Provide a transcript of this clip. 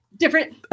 different